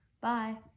Bye